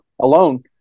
alone